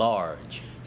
Large